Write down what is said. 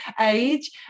age